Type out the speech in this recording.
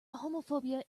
homophobia